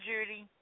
Judy